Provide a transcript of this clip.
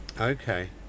Okay